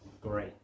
Great